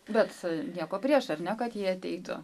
bet nieko prieš ar ne kad jie ateitų